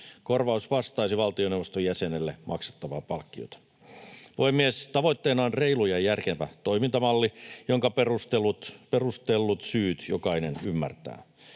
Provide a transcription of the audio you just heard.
Korvaus vastaisi valtioneuvoston jäsenelle maksettavaa palkkiota. Puhemies! Tavoitteena on reilu ja järkevä toimintamalli, jonka perustellut syyt jokainen ymmärtää.